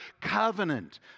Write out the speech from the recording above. covenant